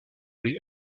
les